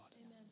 Amen